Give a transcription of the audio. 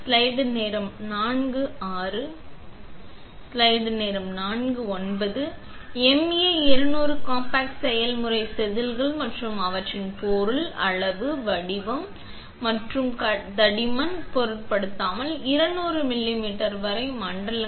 MA200 compact செயல்முறைகள் செதில்கள் மற்றும் அவற்றின் பொருள் அளவு வடிவம் மற்றும் தடிமன் பொருட்படுத்தாமல் 200 மில்லிமீட்டர் வரை மண்டலங்கள்